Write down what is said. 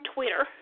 Twitter